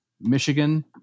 Michigan—